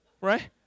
right